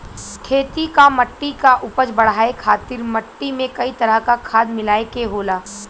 खेती क मट्टी क उपज बढ़ाये खातिर मट्टी में कई तरह क खाद मिलाये के होला